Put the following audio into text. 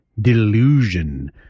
delusion